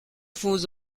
vous